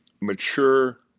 mature